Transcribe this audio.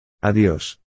Adiós